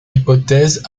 hypothèse